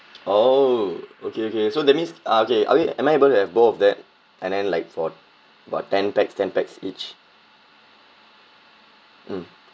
oh okay okay so that means okay are we am I able to have both of that and then like for about ten pax ten pax each